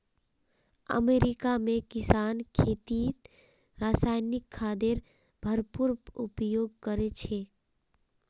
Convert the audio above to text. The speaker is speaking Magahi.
अमेरिका में किसान खेतीत रासायनिक खादेर भरपूर उपयोग करो छे